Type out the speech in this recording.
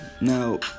Now